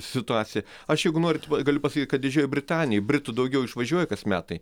situacija aš jeigu norit galiu pasakyt kad didžiojoj britanijoj britų daugiau išvažiuoja kas metai